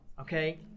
Okay